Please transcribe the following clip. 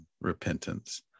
repentance